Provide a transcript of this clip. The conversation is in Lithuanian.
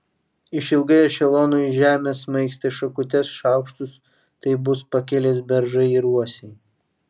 išilgai ešelonų į žemę smaigstė šakutes šaukštus tai bus pakelės beržai ir uosiai